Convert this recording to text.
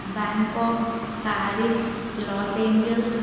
Bangkok Paris Los Angeles